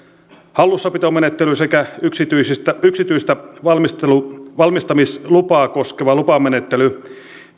hallussapitomenettely sekä yksityistä yksityistä valmistamislupaa koskeva lupamenettely